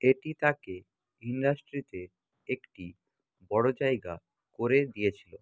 এটি তাকে ইন্ডাস্ট্রিতে একটি বড়ো জায়গা করে দিয়েছিলো